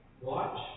Watch